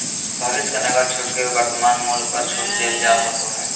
भविष्य के नकद छूट के वर्तमान मूल्य पर छूट देल जा सको हइ